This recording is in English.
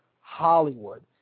Hollywood